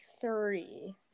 three